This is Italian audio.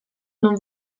non